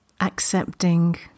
accepting